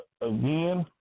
again